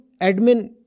admin